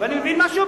ואני מבין משהו,